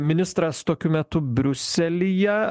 ministras tokiu metu briuselyje